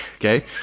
Okay